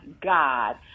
God